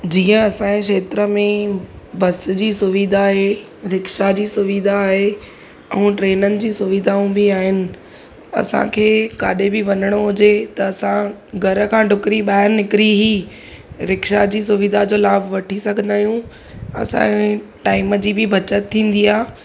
जीअं असांजे खेत्र में बस जी सुविधा आहे रिक्शा जी सुविधा आहे ऐं ट्रेननि जी सुविधाऊं बि आहिनि असांखे काथे बि वञिणो हुजे त असां घर खां ॾुकिरी ॿाहिरि निकिरी ई रिक्शा जी सुविधा जो लाभ वठी सघंदा आहियूं असांजे टाइम जी बि बचत थींदी आहे